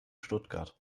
stuttgart